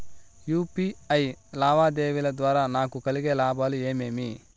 UPI లావాదేవీల ద్వారా నాకు కలిగే లాభాలు ఏమేమీ?